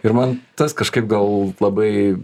ir man tas kažkaip gal labai